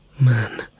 man